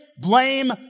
blame